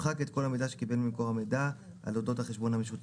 ימחק את כל המידע שקיבל ממקור המידע על אודות החשבון המשותף".